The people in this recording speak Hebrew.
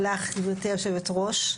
לך גבירתי היושבת ראש,